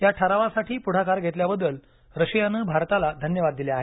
या ठरावासाठी पुढाकार घेतल्याबद्दल रशियानं भारताला धन्यवाद दिले आहेत